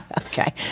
okay